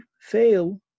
fail